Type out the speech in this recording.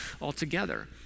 altogether